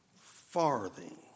farthing